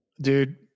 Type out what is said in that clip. Dude